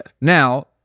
Now